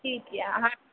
ठीक यऽ अहाँ